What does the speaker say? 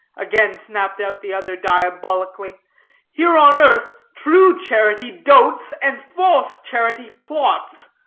again snapped out the other, diabolically here on earth, true charity dotes, and false charity plots.